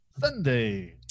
Sunday